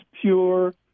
pure